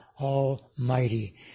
Almighty